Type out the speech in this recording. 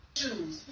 shoes